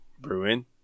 Bruin